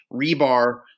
Rebar